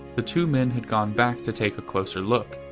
the two men had gone back to take a closer look.